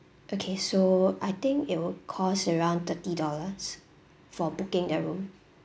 okay so I think it will cost around thirty dollars for booking a room